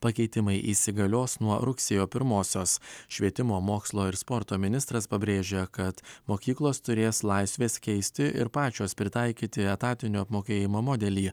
pakeitimai įsigalios nuo rugsėjo pirmosios švietimo mokslo ir sporto ministras pabrėžė kad mokyklos turės laisvės keisti ir pačios pritaikyti etatinio apmokėjimo modelį